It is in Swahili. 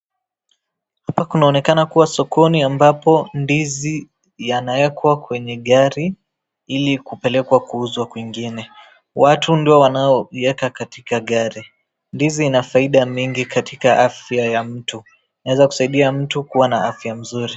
Hapa kunaonekana kuwa sokoni ambapo ndizi yanaekwa kwenye gari ili kupelekwa kuuzwa kwingine. Watu ndio wanaoieka katika gari. Ndizi ina faida nyingi katika afya ya mtu. Inaeza saidia mtu kuwa na afya nzuri.